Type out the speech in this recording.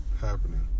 happening